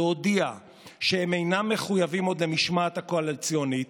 ירדן, לא מדינה אבל הרשות הפלסטינית,